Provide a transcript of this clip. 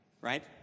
right